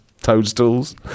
toadstools